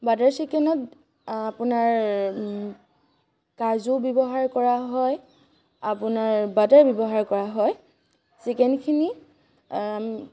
butter চিকেনত আপোনাৰ কাজু ব্যৱহাৰ কৰা হয় আপোনাৰ বাটাৰ ব্যৱহাৰ কৰা হয় চিকেনখিনি